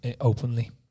openly